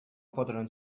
podran